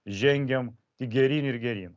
žengiam tik geryn ir geryn